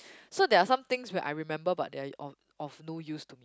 so there are some things where I remember but they are of of no use to me